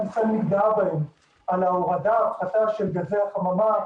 ישראל מתגאה בהם על ההורדה של גזי החממה,